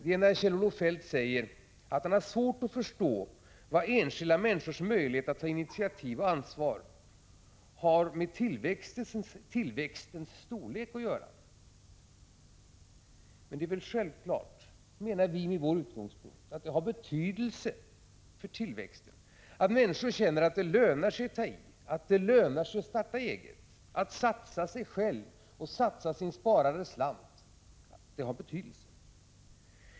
Det är den där Kjell-Olof Feldt säger att han har svårt att förstå vad enskilda människors möjlighet att ta initiativ och ansvar har med tillväxtens storlek att göra. Men det är ju självklart! Vi menar, från vår utgångspunkt, att det har betydelse för tillväxten att människor känner att det lönar sig att ta i, starta eget och satsa sig själv och sin sparade slant.